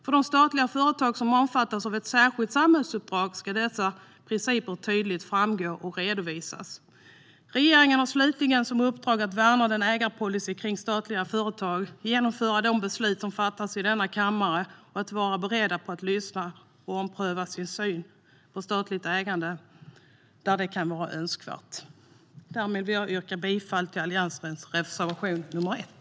För de statliga företag som omfattas av ett särskilt samhällsuppdrag ska dessa principer tydligt framgå och redovisas. Regeringen har slutligen som uppdrag att värna ägarpolicyn kring statliga företag, genomföra de beslut som fattas i denna kammare och vara beredd på att lyssna och ompröva sin syn på statligt ägande där det kan vara önskvärt. Jag yrkar bifall till Alliansens reservation nr 1.